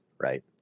right